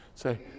Say